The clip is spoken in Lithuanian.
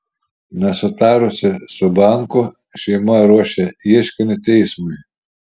nesutarusi su banku šeima ruošia ieškinį teismui